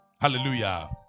Hallelujah